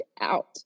out